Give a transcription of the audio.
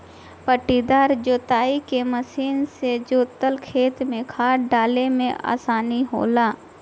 पट्टीदार जोताई के मशीन से जोतल खेत में खाद डाले में आसानी होला